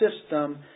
system